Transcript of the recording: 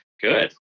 Good